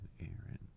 Aaron